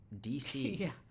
DC